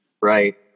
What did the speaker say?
right